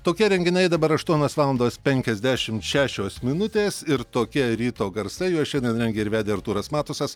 tokie renginiai dabar aštuonios valandos penkiasdešim šešios minutės ir tokie ryto garsai juos šiandien rengė ir vedė artūras matusas